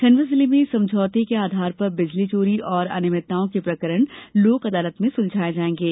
खंडवा जिले में समझौते के आधार पर बिजली चोरी और अनियमितताओं के प्रकरण लोक अदालत में सुलझाये जायेंगे